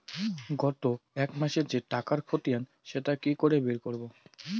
গত এক মাসের যে টাকার খতিয়ান সেটা কি করে বের করব?